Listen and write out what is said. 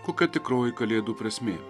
kokia tikroji kalėdų prasmė